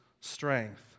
strength